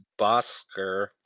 Bosker